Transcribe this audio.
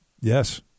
Yes